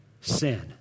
sin